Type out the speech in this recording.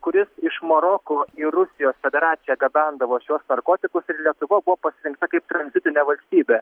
kuris iš maroko į rusijos federaciją gabendavo šiuos narkotikus ir lietuva buvo pasirinkta kaip tranzitinė valstybė